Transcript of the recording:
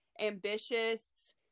ambitious